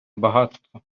багатство